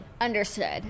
Understood